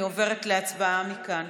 אני עוברת להצבעה מכאן.